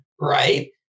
right